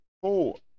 four